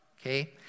okay